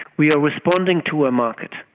we are responding to a market.